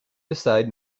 decide